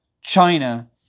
China